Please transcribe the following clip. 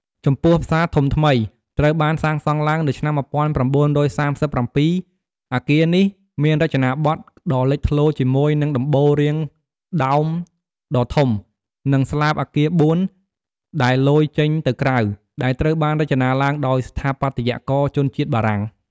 ចំពោះផ្សារធំថ្មី ត្រូវបានសាងសង់ឡើងនៅឆ្នាំ ១៩៣៧ អគារនេះមានរចនាបថ ដ៏លេចធ្លោជាមួយនឹងដំបូលរាងដោមដ៏ធំ និងស្លាបអគារបួនដែលលយចេញទៅក្រៅ ដែលត្រូវបានរចនាឡើងដោយស្ថាបត្យករជនជាតិបារាំង។